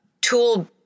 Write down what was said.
tool